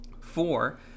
Four